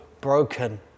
broken